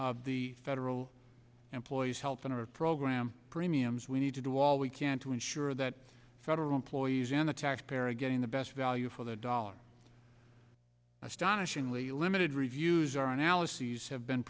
of the federal employees health in our program premiums we need to do all we can to ensure that federal employees and the tax perry getting the best value for their dollars astonishingly limited reviews are analyses have been